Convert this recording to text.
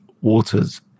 Waters